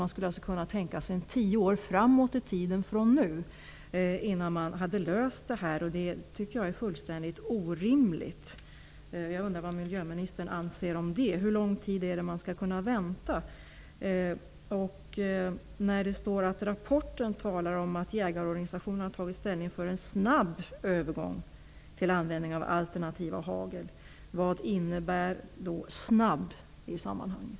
Man skulle alltså kunna tänka sig tio år framåt i tiden från nu innan man hade löst detta problem. Det tycker jag är fullständigt orimligt. Jag undrar vad miljöministern anser om det. Hur lång tid skall man kunna vänta? Det står i svaret att rapporten talar om att jägarorganisationerna har tagit ställning för en snabb övergång till användning av alternativa hagel: Vad innebär ''snabb'' i det sammanhanget?